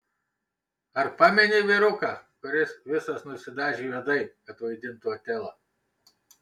ar pameni vyruką kuris visas nusidažė juodai kad vaidintų otelą